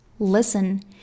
Listen